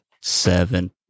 seven